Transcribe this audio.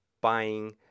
buying